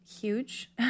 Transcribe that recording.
huge